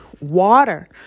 water